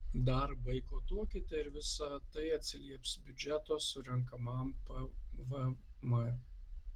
dar boikotuokite ir visa tai atsilieps biudžeto surenkamam pvm